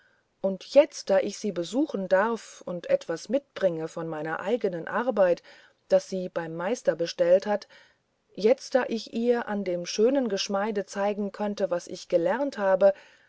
und jetzt da ich sie besuchen darf und etwas mitbringe von meiner eigenen arbeit das sie beim meister bestellt hat jetzt da ich ihr an dem schönen geschmeide zeigen könnte was ich gelernt habe